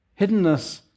Hiddenness